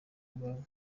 bwawe